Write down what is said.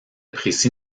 précis